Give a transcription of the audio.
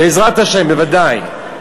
בעזרת השם, בוודאי.